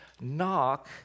knock